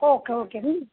okay okay